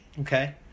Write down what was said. Okay